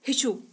ہیٚچھُو